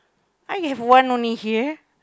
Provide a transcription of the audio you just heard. I have one only here